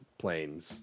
planes